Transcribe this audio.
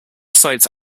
cites